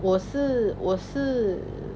我是我是